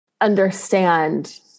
understand